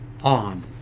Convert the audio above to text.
on